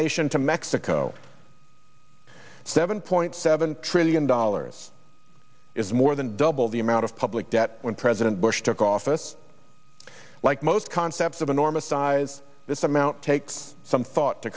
nation to mexico seven point seven trillion dollars is more than double the amount of public debt when president bush took office like most concepts of enormous size this amount takes some thought to